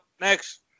Next